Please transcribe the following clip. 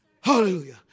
Hallelujah